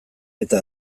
eta